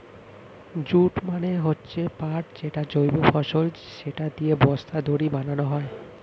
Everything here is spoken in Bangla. জুট মানে হচ্ছে পাট যেটা জৈব ফসল, সেটা দিয়ে বস্তা, দড়ি বানানো হয়